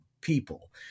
people